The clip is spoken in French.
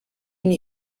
une